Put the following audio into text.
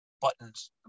buttons